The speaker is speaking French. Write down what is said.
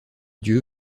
dieu